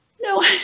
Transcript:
No